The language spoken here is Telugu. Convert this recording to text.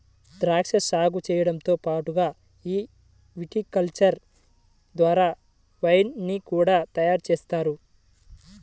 ద్రాక్షా సాగు చేయడంతో పాటుగా ఈ విటికల్చర్ ద్వారా వైన్ ని కూడా తయారుజేస్తారు